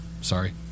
sorry